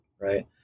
right